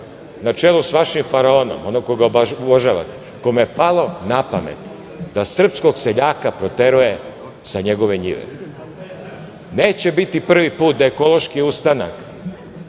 na čelu sa vašim faraonom, onog koga uvažavate, kome je palo na pamet da srpskog seljaka proteruje sa njegove njive. Neće biti prvi put da Ekološki ustanak